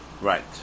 Right